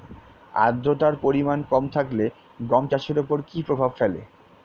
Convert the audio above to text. আদ্রতার পরিমাণ কম থাকলে গম চাষের ওপর কী প্রভাব ফেলে?